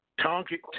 Target